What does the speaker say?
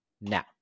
now